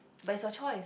but it's your choice